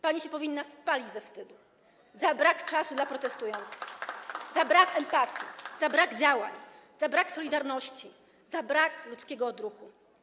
Pani się powinna spalić ze wstydu za brak czasu dla protestujących, za brak empatii, za brak działań, za brak solidarności, za brak ludzkiego odruchu.